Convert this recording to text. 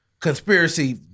Conspiracy